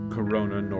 Corona